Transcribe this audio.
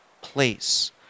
place